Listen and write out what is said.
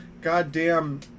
goddamn